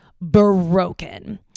broken